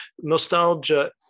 nostalgia